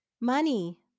money